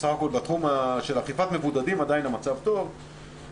בסך הכול בתחום של אכיפת מבודדים המצב עדיין טוב.